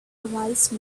wise